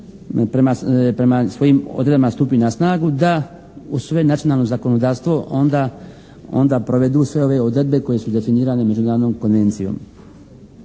prema svojim odredbama stupi na snagu da uz sve nacionalno zakonodavstvo onda provedu sve ove odredbe koje su definirane međunarodnom konvencijom.